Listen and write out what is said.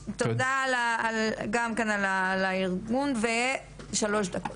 תודה גם כן על הארגון ויש לך שלוש דקות.